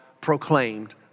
proclaimed